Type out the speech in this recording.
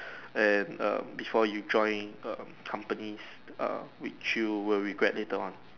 and um before you joined um companies um which you will regret later on